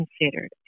considered